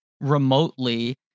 remotely